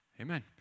amen